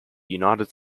united